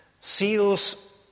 Seals